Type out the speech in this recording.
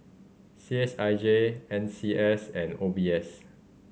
C H I J N C S and O B S